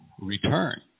return